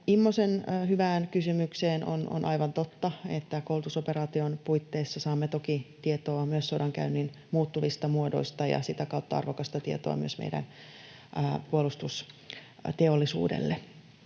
Immosen hyvään kysymykseen: on aivan totta, että koulutusoperaation puitteissa saamme toki tietoa myös sodankäynnin muuttuvista muodoista ja sitä kautta arvokasta tietoa myös meidän puolustusteollisuudellemme.